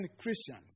Christians